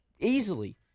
Easily